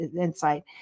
Insight